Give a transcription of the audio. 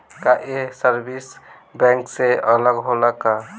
का ये service bank से अलग होला का?